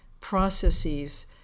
processes